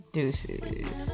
Deuces